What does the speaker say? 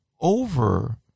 over